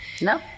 No